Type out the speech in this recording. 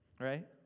right